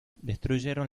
destruyeron